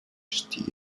stil